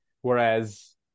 whereas